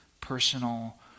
personal